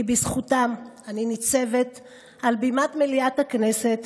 כי בזכותם אני ניצבת על בימת מליאת הכנסת